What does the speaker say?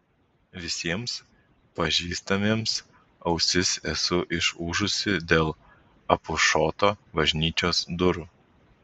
visiems pažįstamiems ausis esu išūžusi dėl apušoto bažnyčios durų